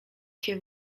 się